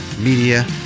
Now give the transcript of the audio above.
media